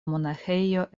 monaĥejo